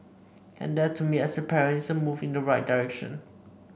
and that to me as a parent is a move in the right direction